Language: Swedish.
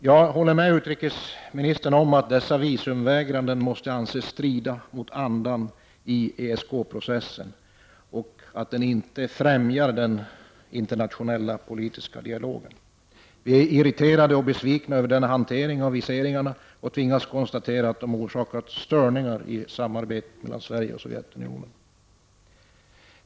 Jag håller med utrikesministern om att dessa visumvägranden måste anses strida mot andan i ESK-processen och att den inte främjar den internationella politiska dialogen. Vi är irriterade och besvikna över denna hantering av viseringar, och vi tvingas konstatera att det orsakat störningar i samarbetet mellan Sverige och Sovjetunionen.